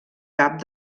cap